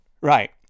Right